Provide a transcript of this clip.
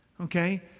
okay